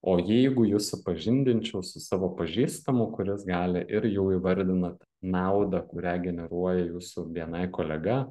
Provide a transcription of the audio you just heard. o jeigu jus supažindinčiau su savo pažįstamu kuris gali ir jau įvardinat naudą kurią generuoja jūsų bni kolega